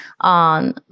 on